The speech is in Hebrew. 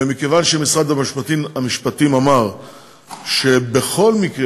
ומכיוון שמשרד המשפטים אמר שבכל מקרה,